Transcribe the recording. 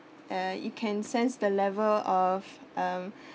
uh you can sense the level of um